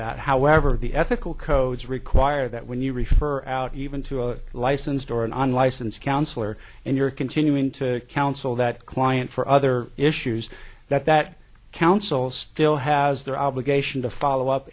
that however the ethical codes require that when you refer out even to a licensed or an unlicensed counselor and you're continuing to counsel that client for other issues that that counsel still has their obligation to follow up